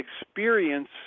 experience